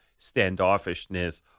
standoffishness